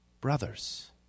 Brothers